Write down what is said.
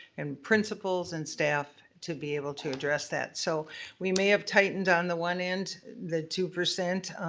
and principals and staff to be able to address that. so we may have tightened on the one end, the two percent,